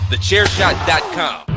TheChairShot.com